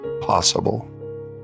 possible